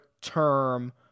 term